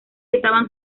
estaban